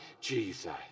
Jesus